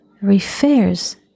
refers